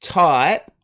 type